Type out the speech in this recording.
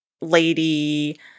lady